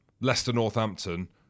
Leicester-Northampton